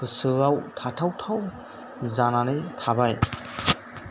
गोसोआव थाथावथाव जानानै थाबाय